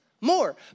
more